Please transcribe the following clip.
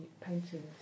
paintings